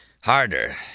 Harder